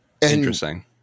Interesting